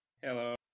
Hello